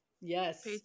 Yes